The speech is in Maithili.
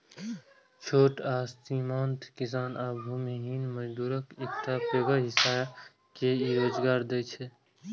छोट आ सीमांत किसान आ भूमिहीन मजदूरक एकटा पैघ हिस्सा के ई रोजगार दै छै